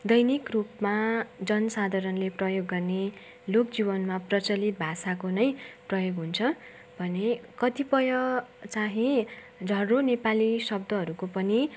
दैनिक रूपमा जनसाधारणले प्रयोग गर्ने लोक जीवनमा प्रचलित भाषाको नै प्रयोग हुन्छ भने कतिपय चाहिँ झर्रो नेपाली शब्दहरूको पनि